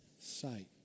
sight